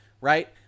right